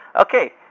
Okay